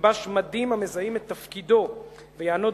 שילבש מדים המזהים את תפקידו ויענוד